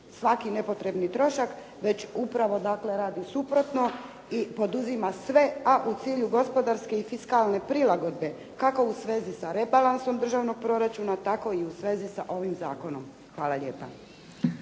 svaki nepotrebni trošak, već upravo radi suprotno i poduzima sve. A u cilju gospodarske i fiskalne prilagodbe kako u svezi sa rebalansom državnog proračuna, tako i u svezi sa ovim zakonom. Hvala lijepo.